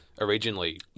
originally